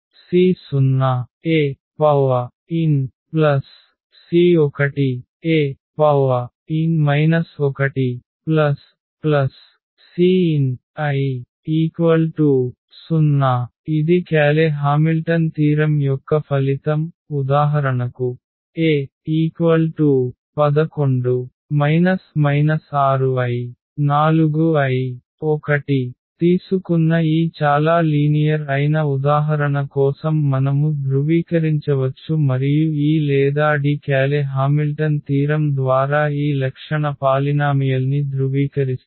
c0Anc1An 1cnI0 ఇది Cayley Hamilton theorem యొక్క ఫలితం ఉదాహరణకు A11 6i 4i 1 తీసుకున్న ఈ చాలా లీనియర్ ఐన ఉదాహరణ కోసం మనము ధృవీకరించవచ్చు మరియు ఈ లేదా డి క్యాలె హామిల్టన్ తీరం ద్వారా ఈ లక్షణ పాలినామియల్ని ధృవీకరిస్తాము